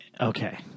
Okay